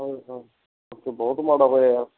ਹੋਰ ਸੁਣਾਓ ਫੇਰ ਤਾਂ ਬਹੁਤ ਮਾੜਾ ਹੋਇਆ ਯਾਰ